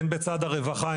הן בצד הרווחה,